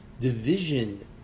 division